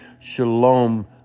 Shalom